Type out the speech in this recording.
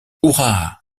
hurrah